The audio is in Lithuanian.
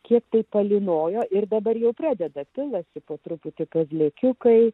kiek palynojo ir dabar jau pradeda pilasi po truputį kazlėkiukai